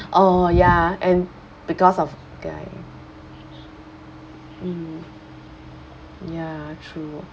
oh ya and because of the guy mmhmm ya true